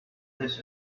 this